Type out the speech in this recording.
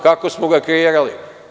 Kako smo ga kreirali?